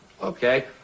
Okay